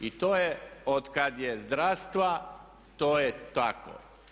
I to je od kad je zdravstva to je tako.